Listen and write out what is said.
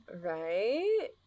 right